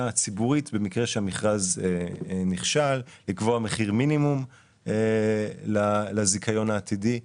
ציבורית במקרה שהמכרז נכשל לקבוע מחיר מינימום לזיכיון העתידי,